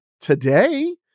today